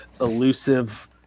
elusive